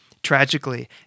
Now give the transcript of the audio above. Tragically